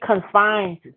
confined